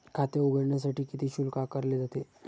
खाते उघडण्यासाठी किती शुल्क आकारले जाते?